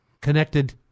connected